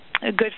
good